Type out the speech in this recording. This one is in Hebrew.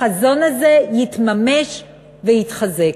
החזון הזה יתממש ויתחזק.